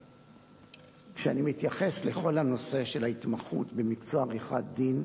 כשאני מתייחס לכל הנושא של ההתמחות במקצוע עריכת-דין,